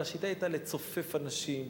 אבל השיטה היתה לצופף אנשים.